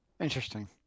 interesting